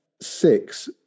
Six